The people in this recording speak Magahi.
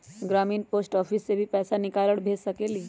हम ग्रामीण पोस्ट ऑफिस से भी पैसा निकाल और भेज सकेली?